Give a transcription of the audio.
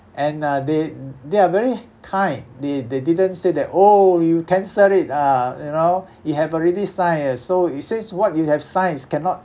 and uh they they are very kind they they didn't say that oh you cancel it ah you know you have already signed eh so this is what you have signed cannot